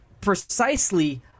precisely